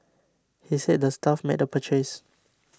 he said the staff made the purchase